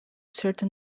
certain